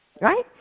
Right